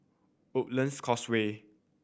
Woodlands Causeway